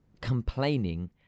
complaining